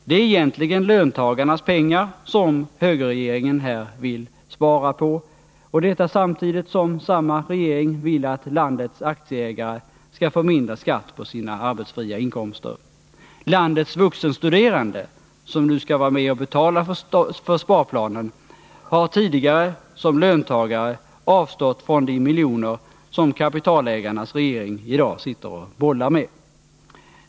Det är egentligen löntagarnas pengar som högerregeringen här vill spara på — och detta samtidigt som samma regering vill att landets aktieägare som nu skall vara med och betala för sparplanen, har tidigare som löntagare Torsdagen den avstått från de miljoner som kapitalägarnas regering i dag sitter och bollar med.